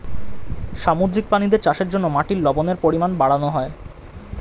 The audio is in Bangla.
সামুদ্রিক প্রাণীদের চাষের জন্যে মাটির লবণের পরিমাণ বাড়ানো হয়